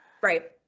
Right